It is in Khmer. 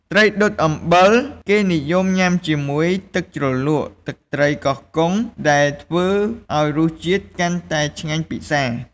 ត្រីដុតអំបិល គេនិយមញ៉ាំជាមួយទឹកជ្រលក់ទឹកត្រីកោះកុង ដែលធ្វើឱ្យរសជាតិកាន់តែឆ្ងាញ់ពិសា។